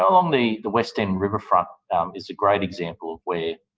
along the the west end riverfront is a great example of where